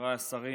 חבריי השרים,